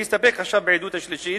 אני אסתפק עכשיו בעדות השלישית.